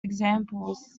examples